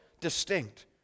distinct